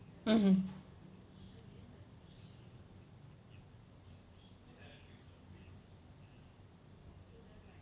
mmhmm